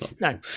No